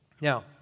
Now